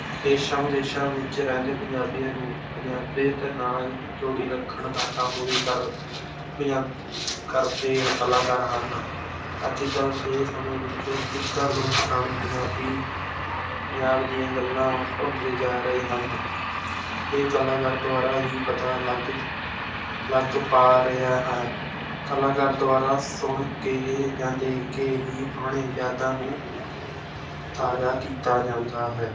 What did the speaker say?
ਦੇਸ਼ਾਂ ਵਿਦੇਸ਼ਾਂ ਵਿੱਚ ਰਹਿੰਦੇ ਪੰਜਾਬੀਆਂ ਨੂੰ ਪੰਜਾਬੀਅਤ ਨਾਲ ਜੋੜੀ ਰੱਖਣ ਦਾ ਕੰਮ ਵੀ ਕਰ ਪੰਜਾਬ ਕਰਦੇ ਕਲਾਕਾਰ ਹਨ ਅੱਜ ਕੱਲ੍ਹ ਦੇ ਸਮੇਂ ਵਿੱਚ ਗਿੱਧਾ ਲੋਕ ਗਾਣੇ ਪੰਜਾਬੀ ਪੰਜਾਬ ਦੀਆਂ ਗੱਲਾਂ ਭੁੱਲਦੇ ਜਾ ਰਹੇ ਹਨ ਇਹ ਕਲਾਕਾਰ ਦੁਆਰਾ ਹੀ ਪਤਾ ਲੱਗ ਲੱਗ ਪਾ ਰਿਹਾ ਹੈ ਕਲਾਕਾਰ ਦੁਆਰਾ ਸੁਣ ਕੇ ਜਾਂ ਦੇਖ ਕੇ ਹੀ ਪੁਰਾਣੀਆਂ ਯਾਦਾਂ ਨੂੰ ਤਾਜ਼ਾ ਕੀਤਾ ਜਾਂਦਾ ਹੈ